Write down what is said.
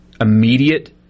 Immediate